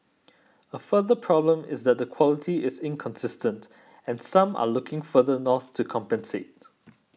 a further problem is that the quality is inconsistent and some are looking further north to compensate